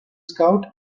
scout